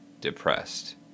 depressed